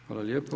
Hvala lijepo.